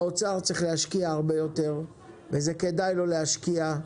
האוצר צריך להשקיע הרבה יותר, וכדאי לו להשקיע,